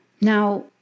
Now